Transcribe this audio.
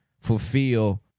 fulfill